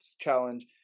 challenge